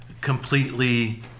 completely